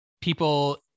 people